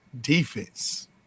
defense